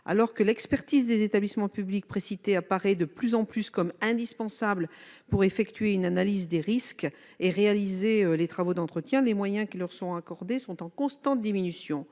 Alors que l'expertise des établissements publics précités paraît de plus en plus indispensable pour effectuer une analyse des risques et réaliser les travaux d'entretien nécessaires, les moyens qui leur sont accordés sont en constante diminution.